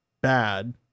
bad